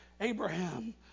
Abraham